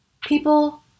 People